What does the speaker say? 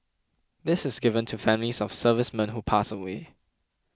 this is given to families of servicemen who pass away